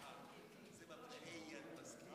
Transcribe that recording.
כבוד היושב-ראש, חברי וחברות הכנסת,